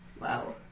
Wow